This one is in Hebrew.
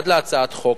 עד להצעת חוק,